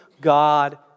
God